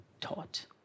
taught